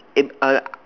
in uh